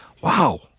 wow